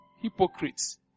Hypocrites